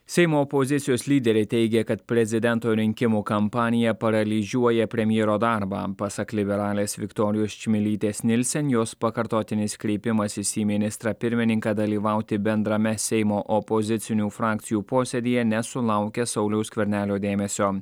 seimo opozicijos lyderiai teigia kad prezidento rinkimų kampanija paralyžiuoja premjero darbą pasak liberalės viktorijos čmilytės nilsen jos pakartotinis kreipimasis į ministrą pirmininką dalyvauti bendrame seimo opozicinių frakcijų posėdyje nesulaukė sauliaus skvernelio dėmesio